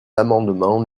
l’amendement